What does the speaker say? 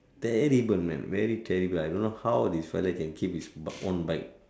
terrible man very terrible I don't know how this fella can keep his own bike